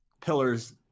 Pillars